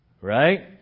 Right